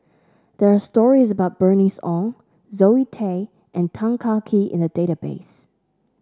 there are stories about Bernice Ong Zoe Tay and Tan Kah Kee in the database